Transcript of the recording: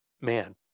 man